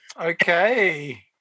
Okay